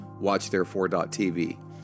WatchTherefore.tv